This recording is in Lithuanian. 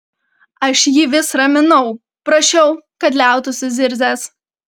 aš jį vis raminau prašiau kad liautųsi zirzęs